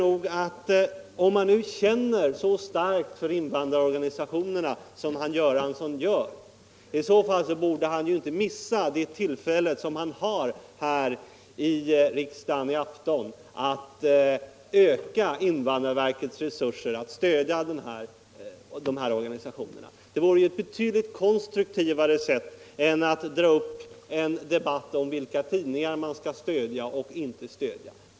Om man känner så starkt för invandrarorganisationerna som herr Göransson gör, bör man inte missa det tillfälle som man har här i riksdagen i afton att öka invandrarverkets resurser för stöd till dessa organisationer. Det vore ett betydligt konstruktivare sätt än att dra upp er debatt om vilka tidningar man skall stödja eller inte stödja.